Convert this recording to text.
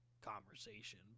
conversation